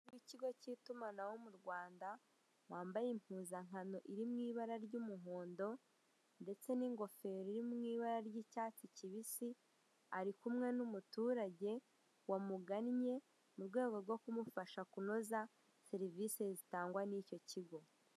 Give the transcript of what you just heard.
Ikigo k'itumanaho mu Rwanda wambaye impuzankano iri mu ibara ry'umuhond ndetse n'ingofero mu ibara ry'icyatsi kibisi ari kumwe n'umuturage wamuganye mu rwego rwo kumufasha kunoza serivise zitangwa n'icyo kigo.